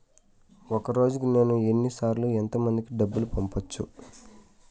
ఒక రోజుకి నేను ఎన్ని సార్లు ఎంత మందికి డబ్బులు పంపొచ్చు?